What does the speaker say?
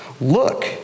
Look